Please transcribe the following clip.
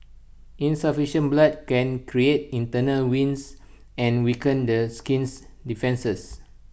insufficient blood can create internal wings and weaken the skin's defences